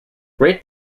great